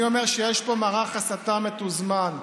אני אומר שיש פה מערך הסתה מתוזמן,